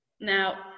now